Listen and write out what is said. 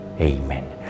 Amen